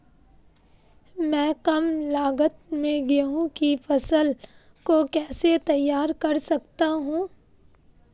मैं कम लागत में गेहूँ की फसल को कैसे तैयार कर सकता हूँ?